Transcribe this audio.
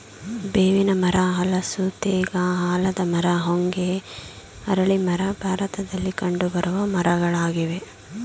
ಬೇವಿನ ಮರ, ಹಲಸು, ತೇಗ, ಆಲದ ಮರ, ಹೊಂಗೆ, ಅರಳಿ ಮರ ಭಾರತದಲ್ಲಿ ಕಂಡುಬರುವ ಮರಗಳಾಗಿವೆ